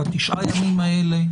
בתשעת הימים האלה,